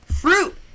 fruit